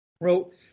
Wrote